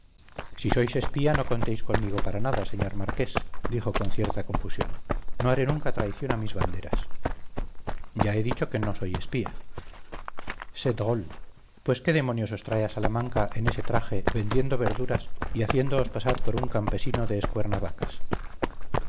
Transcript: si sois espía no contéis conmigo para nada señor marqués dijo con cierta confusión no haré nunca traición a mis banderas ya he dicho que no soy espía c'est drle pues qué demonios os trae a salamanca en ese traje vendiendo verduras y haciéndoos pasar por un campesino de escuernavacas